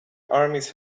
armies